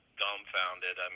dumbfounded